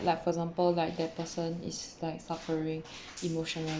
like for example like that person is like suffering emotionally